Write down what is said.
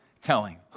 telling